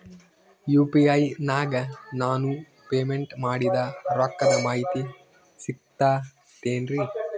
UPI ನಾಗ ನಾನು payment ಮಾಡಿದ ರೊಕ್ಕದ ಮಾಹಿತಿ ಸಿಕ್ತಾತೇನ್ರೀ?